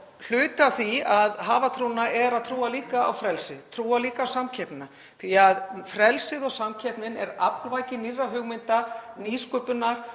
Hluti af því að hafa trúna er að trúa líka á frelsið, trúa líka á samkeppnina því að frelsið og samkeppnin eru aflvaki nýrra hugmynda, nýsköpunar